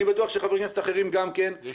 אני בטוח שחברים אחרים גם כן --- יש